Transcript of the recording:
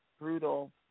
brutal